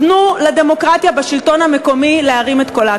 תנו לדמוקרטיה בשלטון המקומי להרים את קולה.